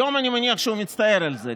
היום אני מניח שהוא מצטער על זה,